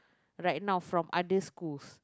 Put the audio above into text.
right now from other schools